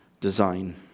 design